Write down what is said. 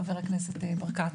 חבר הכנסת ברקת.